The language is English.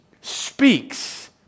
speaks